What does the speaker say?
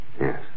Yes